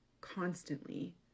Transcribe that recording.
constantly